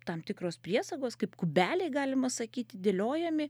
tam tikros priesagos kaip kubeliai galima sakyti dėliojami